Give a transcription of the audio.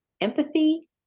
empathy